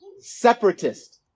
separatist